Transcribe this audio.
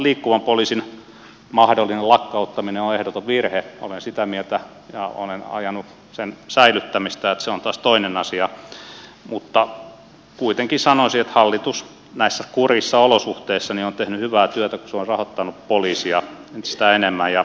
liikkuvan poliisin mahdollinen lakkauttaminen on ehdoton virhe olen sitä mieltä ja olen ajanut sen säilyttämistä se on taas toinen asia mutta kuitenkin sanoisin että hallitus näissä kurjissa olosuhteissa on tehnyt hyvää työtä kun se on rahoittanut poliisia entistä enemmän